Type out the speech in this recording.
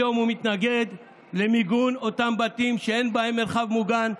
היום הוא מתנגד למיגון אותם בתים שאין בהם מרחב מוגן,